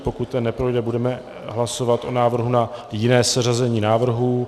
Pokud ten neprojde, budeme hlasovat o návrhu na jiné seřazení návrhů.